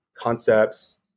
concepts